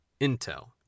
intel